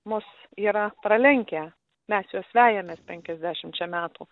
mus yra pralenkę mes juos vejamės penkiasdešimčia metų